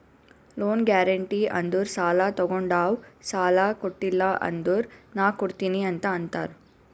loan guarantee ಅಂದುರ್ ಸಾಲಾ ತೊಗೊಂಡಾವ್ ಸಾಲಾ ಕೊಟಿಲ್ಲ ಅಂದುರ್ ನಾ ಕೊಡ್ತೀನಿ ಅಂತ್ ಅಂತಾರ್